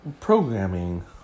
programming